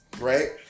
right